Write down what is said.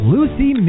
Lucy